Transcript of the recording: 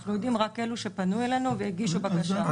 אנחנו יודעים רק על אלה שפנו אלינו והגישו בקשה.